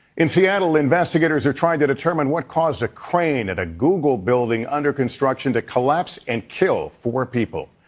in seattle, investigators are trying to determine what caused a crane at a google building under construction to collapse and kill four people.